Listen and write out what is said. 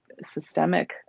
systemic